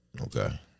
Okay